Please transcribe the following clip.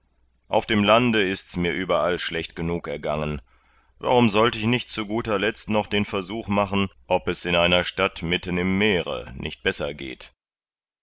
auf dem lande ist's mir überall schlecht genug ergangen warum sollt ich nicht zu guter letzt noch den versuch machen ob es in einer stadt mitten im meere nicht besser geht